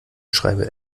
schreibe